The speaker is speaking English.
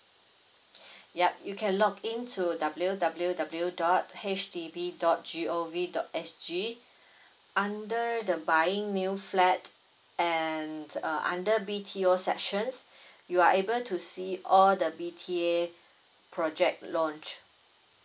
yup you can login to W_W_W dot H D B dot G_O_V dot S_G under the buying new flat and err under B_T_O sessions you are able to see all the B_T_A project launch